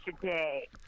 today